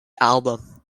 album